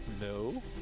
No